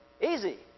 Easy